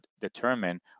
determine